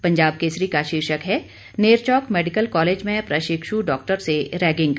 पंजाब केसरी का शीर्षक हैं नेरचौक मेडिकल कालेज में प्रशिक्षु डाक्टर से रैगिंग